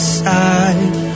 side